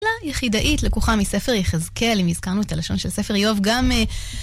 יחידאית לקוחה מספר יחזקאל אם הזכרנו את הלשון של ספר איוב גם